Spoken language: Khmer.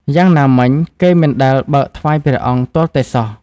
យ៉ាងណាមិញ គេមិនដែល បើកថ្វាយព្រះអង្គ ទាល់តែសោះ ។